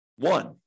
one